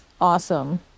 awesome